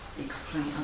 explain